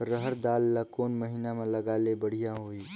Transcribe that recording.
रहर दाल ला कोन महीना म लगाले बढ़िया होही?